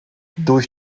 durch